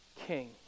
King